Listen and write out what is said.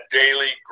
daily